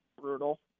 brutal